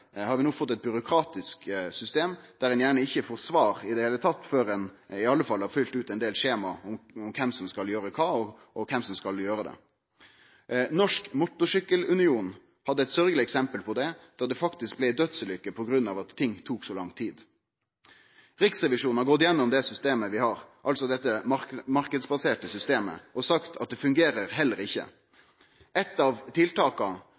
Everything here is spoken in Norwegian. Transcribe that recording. har vi no fått eit byråkratisk system, der ein gjerne ikkje får svar i det heile før ein i alle fall har fylt ut ein del skjema om kven som skal gjere kva, og kven som skal gjere det. Norsk Motorcykkel Union hadde eit sørgjeleg eksempel på det, da det faktisk blei ei dødsulykke på grunn av at ting tok så lang tid. Riksrevisjonen har gått gjennom det systemet vi har, dette marknadsbaserte systemet, og sagt at det fungerer heller ikkje. Eit av tiltaka